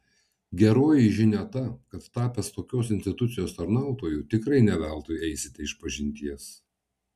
geroji žinia ta kad tapęs tokios institucijos tarnautoju tikrai ne veltui eisite išpažinties